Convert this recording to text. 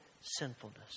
sinfulness